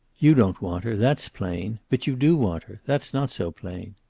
you don't want her. that's plain. but you do want her. that's not so plain.